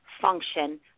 function